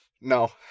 No